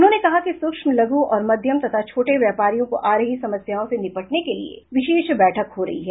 उन्होंने कहा कि सूक्ष्म लघु और मध्यम तथा छोटे व्यापारियों को आ रही समस्याओं से निपटने के लिए विशेष बैठक हो रही है